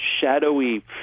shadowy